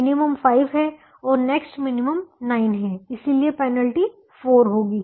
minimum 5 है और next minimum 9 है इसलिए पेनल्टी 4 होगी